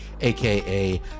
aka